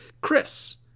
Chris